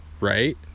right